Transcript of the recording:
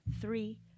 three